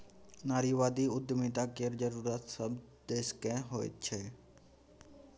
नारीवादी उद्यमिता केर जरूरत सभ देशकेँ होइत छै